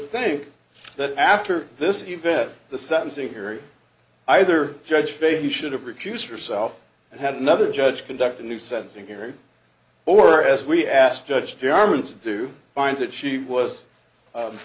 think that after this event the sentencing hearing either judge bay he should have recused herself and had another judge conduct a new sentencing hearing or as we asked judge darman to do find that she was